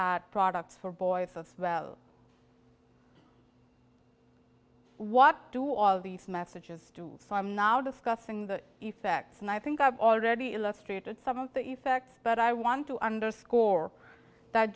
at products for boys of well what do all these messages to from now discussing the effects and i think i've already illustrated some of the effects but i want to underscore that